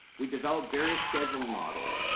we developed various scheduling models,